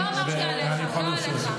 אתה לא עוצר אותי.